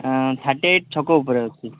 thirty eight ଛକ ଉପରେ ଅଛି